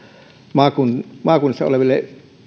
maakunnissa oleville